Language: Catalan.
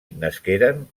nasqueren